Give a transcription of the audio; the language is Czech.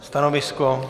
Stanovisko?